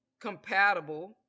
compatible